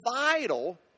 vital